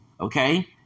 Okay